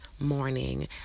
morning